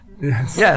Yes